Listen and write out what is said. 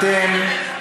אתם,